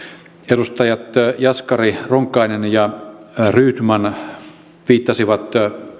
edustajat jaskari ronkainen ja rydman viittasivat